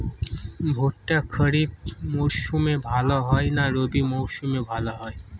ভুট্টা খরিফ মৌসুমে ভাল হয় না রবি মৌসুমে ভাল হয়?